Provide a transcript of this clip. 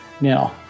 Now